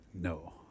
No